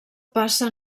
passa